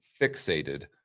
fixated